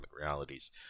realities